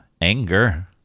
Anger